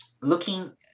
looking